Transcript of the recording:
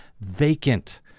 vacant